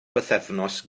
bythefnos